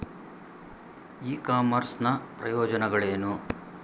E commerce ನ ಪ್ರಯೋಜನಗಳೇನು?